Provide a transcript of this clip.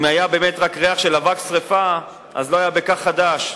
אם היה רק ריח של אבק שרפה, לא היה בכך חדש.